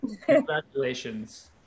congratulations